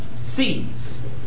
C's